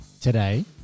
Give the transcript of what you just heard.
Today